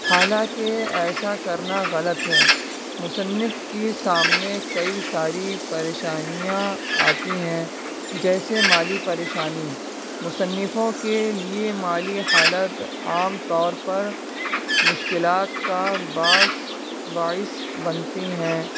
حالانکہ ایسا کرنا غلط ہے مصنف کی سامنے کئی ساری پریشانیاں آتی ہیں جیسے مالی پریشانی مصنفوں کے لیے مالی حالت عام طور پر مشکلات کا بعث باعث بنتی ہیں